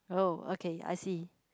oh okay I see